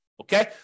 Okay